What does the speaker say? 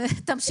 לבנה.